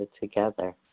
together